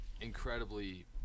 incredibly